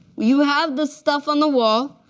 you have the stuff on the wall.